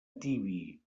tibi